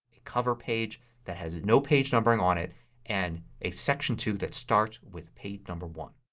a cover page that has no page numbering on it and a section two that starts with page number one.